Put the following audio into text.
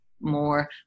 more